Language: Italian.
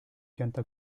pianta